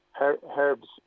herbs